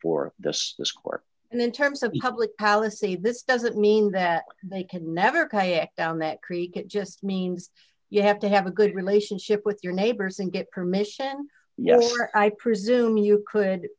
before this this court and then terms of public policy this doesn't mean that they can never kayak down that creek it just means you have to have a good relationship with your neighbors and get permission yes i presume you could